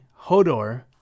Hodor